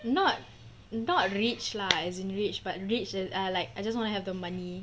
not not rich lah as in rich but rich and ah like I just wanna have the money